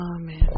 amen